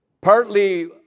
Partly